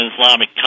Islamic